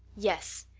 yes,